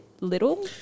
little